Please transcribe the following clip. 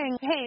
hey